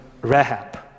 Rahab